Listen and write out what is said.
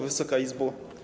Wysoka Izbo!